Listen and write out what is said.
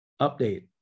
update